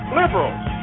liberals